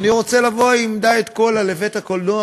אני רוצה לבוא עם דיאט קולה לבית-הקולנוע,